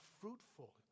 fruitful